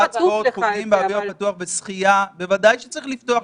חוגים באוויר הפתוח ושחייה בוודאי שצריך לפתוח.